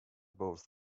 both